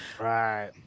Right